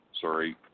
sorry